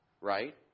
right